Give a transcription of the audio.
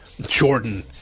Jordan